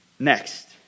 Next